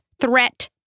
threat